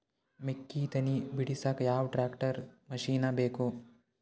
ಮೆಕ್ಕಿ ತನಿ ಬಿಡಸಕ್ ಯಾವ ಟ್ರ್ಯಾಕ್ಟರ್ ಮಶಿನ ಬೇಕು?